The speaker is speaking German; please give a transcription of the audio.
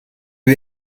wir